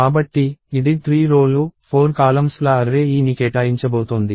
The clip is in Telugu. కాబట్టి ఇది 3 రో లు 4 కాలమ్స్ ల అర్రే A ని కేటాయించబోతోంది